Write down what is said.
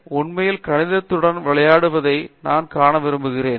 எனவே உண்மையிலேயே கணிதத்துடன் விளையாடுவதைக் காண விரும்புகிறேன்